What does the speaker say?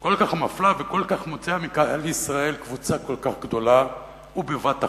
כל כך מפלה וכל כך מוציאה מכלל ישראל קבוצה כל כך גדולה ובבת אחת.